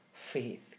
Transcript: faith